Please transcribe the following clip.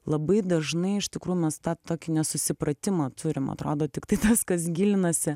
labai dažnai iš tikrųjų mes tą tokį nesusipratimą turim atrodo tiktai tas kas gilinasi